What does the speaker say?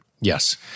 Yes